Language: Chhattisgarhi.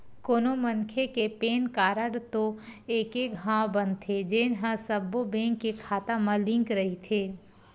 कोनो मनखे के पेन कारड तो एके घांव बनथे जेन ह सब्बो बेंक के खाता म लिंक रहिथे